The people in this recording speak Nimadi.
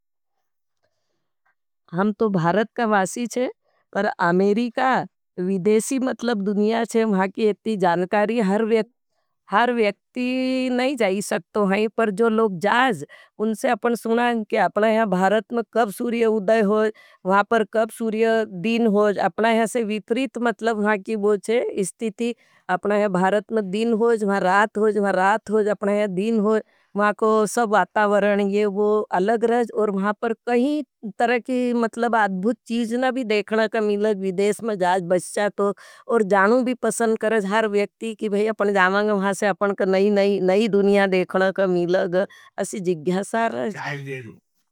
हम तो भारत का वासी हैं, पर अमेरीका, विदेशी मतलब दुनिया हैं। महाकी इतनी जानकारी हर व्याकती नहीं जाई सकते हैं पर जो लोग जाज। उनसे अपने सुना हैं कि अपना है भारत में कब सूरिय उदए होज, वहाँ पर कब सूरिय दिन होज। अपना है से विपरित मतलब वहां की इस्तिती है विदेश में जाज बस्चातो और जानू भी पसंद करेंगे। हर व्याकती कि भाई अपने जामांगे वहां से अपने का नई नई दुनिया देखने का मिलग असी जिग्ञा सारे है।